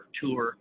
tour